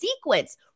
sequence